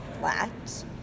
flat